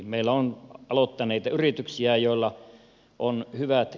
meillä on aloittaneita yrityksiä joilla on hyvät